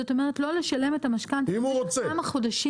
זאת אומרת לא לשלם את המשכנתה במשך כמה חודשים.